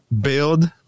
build